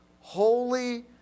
holy